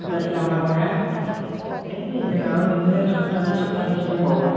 सप्तासे लाबावनो हागौना है जोंनाबो बिदिनो सप्तासे सप्तानैसो दंबावो